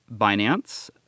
Binance